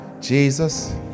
Jesus